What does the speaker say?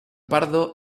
pardo